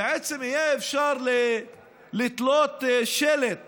יהיה אפשר לתלות שלט